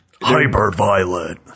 Hyperviolet